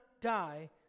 die